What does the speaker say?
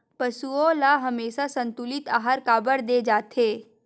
पशुओं ल हमेशा संतुलित आहार काबर दे जाथे?